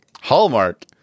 Hallmark